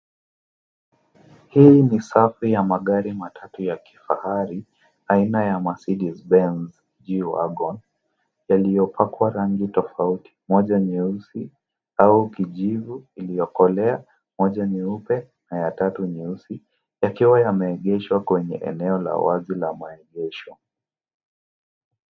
Hii ni safu ya magari matatu ya kifahari, aina ya Mercedes Benz G-Wagon yaliyopakwa rangi tofauti, moja nyeusi au kijivu iliyokolea, moja nyeupe na ya tatu nyeusi yakiwa yameegeshwa kwenye eneo la wazi la maegesho.